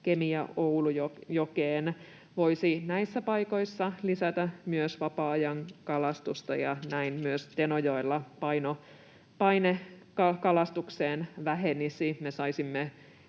Kemi- ja Oulujokeen, voisi näissä paikoissa lisätä myös vapaa-ajankalastusta, ja näin myös Tenojoella paine kalastukseen vähenisi.